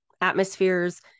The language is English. atmospheres